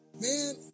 Man